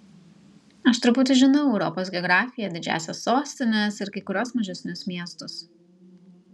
aš truputį žinau europos geografiją didžiąsias sostines ir kai kuriuos mažesnius miestus